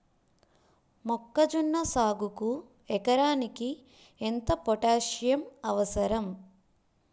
మొక్కజొన్న సాగుకు ఎకరానికి ఎంత పోటాస్సియం అవసరం?